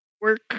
work